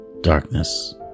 darkness